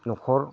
न'खर